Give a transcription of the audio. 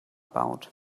baut